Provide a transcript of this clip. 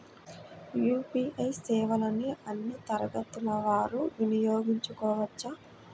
UPI సేవలని అన్నీ తరగతుల వారు వినయోగించుకోవచ్చా?